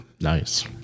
Nice